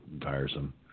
tiresome